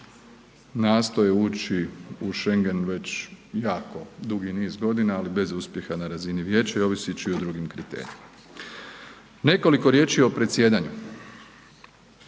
nastoje ući i Schengen već jako dugi niz godina, ali bez uspjeha na razini vijeća i oviseći o drugim kriterijima. Nekoliko riječi o predsjedanju.